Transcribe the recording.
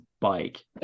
bike